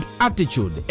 attitude